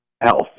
health